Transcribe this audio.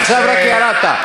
עכשיו רק ירדת.